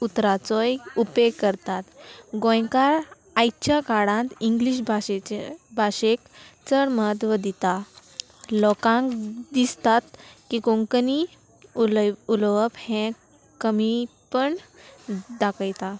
उतराचोय उपेग करतात गोंयकार आयच्या काळांत इंग्लीश भाशेचे भाशेक चड म्हत्व दिता लोकांक दिसतात की कोंकणी उलय उलोवप हें कमीपण दाखयता